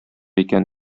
икән